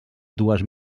dues